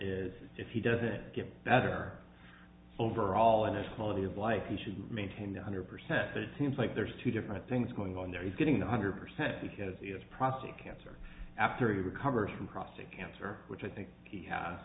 is if he doesn't get better overall and holiday of life he should maintain a hundred percent but it seems like there's two different things going on there he's getting one hundred percent because he has prostate cancer after he recovers from prostate cancer which i think we ha